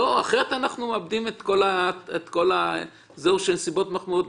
אחרת אנחנו מאבדים את כל האפקט של נסיבות מחמירות.